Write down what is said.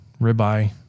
ribeye